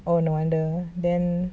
oh no wonder then